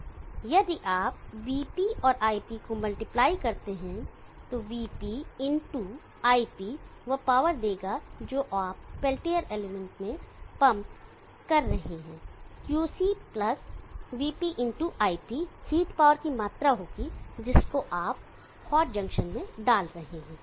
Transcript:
यदि आप vP और iP को मल्टीप्लाई करते हैं तो vP इनटू iP वह पावर देगा जो आप पेल्टियर एलिमेंट में पंप कर रहे हैं QC plus vP into iP heat power की मात्रा होगी जिसको आप हॉट जंक्शन में डाल रहे हैं